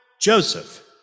Joseph